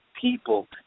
people